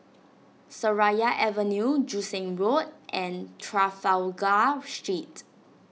Seraya Avenue Joo Seng Road and Trafalgar Street